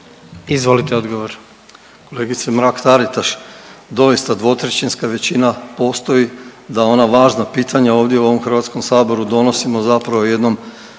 Dražen (HDZ)** Kolegice Mrak Taritaš, doista 2/3 većina postoji da ona važna pitanja ovdje u ovom Hrvatskom saboru donosimo zapravo jednom